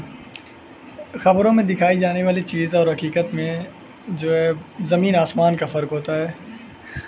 خبروں میں دکھائی جانے والی چیز اور حقیقت میں جو ہے زمین آسمان کا فرق ہوتا ہے